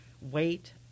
wait